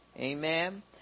Amen